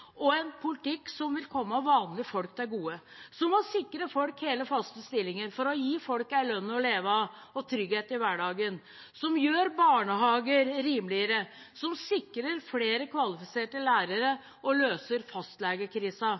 og en politikk som vil komme vanlige folk til gode, som å sikre folk hele, faste stillinger for å gi folk en lønn å leve av og trygghet i hverdagen, som gjør barnehager rimeligere, som sikrer flere kvalifiserte lærere og løser fastlegekrisen.